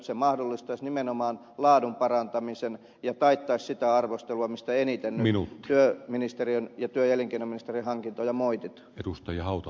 se mahdollistaisi nimenomaan laadun parantamisen ja taittaisi sitä arvostelua mistä eniten nyt työministeriön ja työ ja elinkeinoministeriön hankintoja moititaan